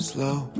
Slow